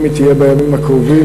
אם היא תהיה בימים הקרובים,